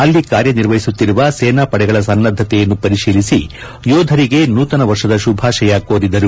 ಅಲ್ಲಿ ಕಾರ್ಯನಿರ್ವಹಿಸುತ್ತಿರುವ ಸೇನಾ ಪಡೆಗಳ ಸನ್ನದ್ದತೆಯನ್ನು ಪರಿಶೀಲಿಸಿ ಯೋಧರಿಗೆ ನೂತನ ವರ್ಷದ ಶುಭಾಶಯ ಕೋರಿದರು